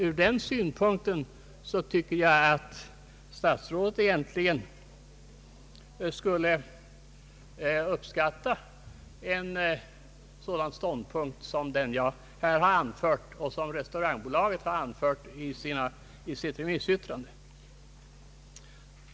Från den synpunkten tycker jag att statsrådet egentligen skulle uppskatta en sådan ståndpunkt som den jag här har anfört och som Restaurangbolaget har anfört i sitt remissyttrande.